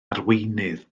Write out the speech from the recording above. arweinydd